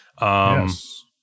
Yes